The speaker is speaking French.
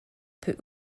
peut